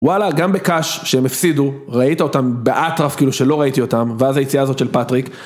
וואלה, גם בקאש שהם הפסידו, ראית אותם באטרף כאילו שלא ראיתי אותם, ואז היציאה הזאת של פטריק.